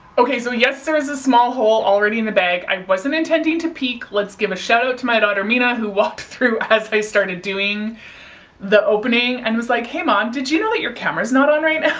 okay, so yes there is a small hole already in the bag. i wasn't intending to peek! lets give a shout out to my daughter mina who walked through as i started doing the opening and was like, hey mom did you know that your camera's not on right now